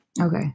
Okay